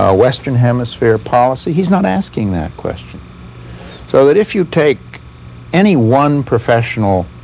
ah western hemisphere policy? he's not asking that question so that if you take any one professional